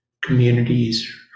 communities